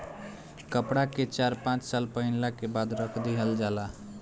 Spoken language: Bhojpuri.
कपड़ा के चार पाँच साल पहिनला के बाद रख दिहल जाला